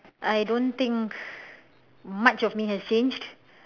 I don't think much of me has changed